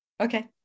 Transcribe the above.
Okay